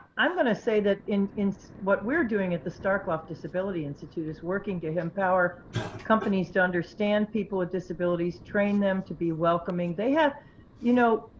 i'm going to say that what we're doing at the starkloff disability institute is working to empower companies to understand people with disabilities, train them to be welcoming. they have you know,